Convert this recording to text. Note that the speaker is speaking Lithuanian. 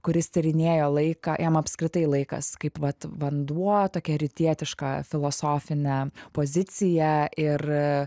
kuris tyrinėjo laiką jam apskritai laikas kaip vat vanduo tokia rytietiška filosofinė pozicija ir